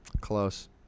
Close